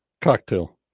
cocktail